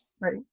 right